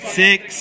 six